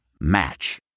Match